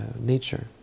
nature